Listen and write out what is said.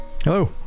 hello